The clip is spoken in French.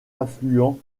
affluents